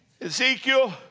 Ezekiel